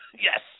Yes